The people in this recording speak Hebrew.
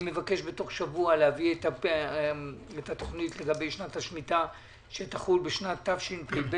אני מבקש בתוך שבוע להביא את התוכנית לגבי שנת השמיטה שתחול בשנת תשפ"ב.